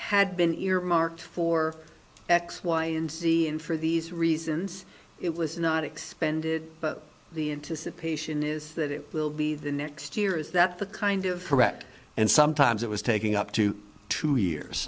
had been earmarked for x y and z and for these reasons it was not expended the patient is that it will be the next year is that the kind of correct and sometimes it was taking up to two years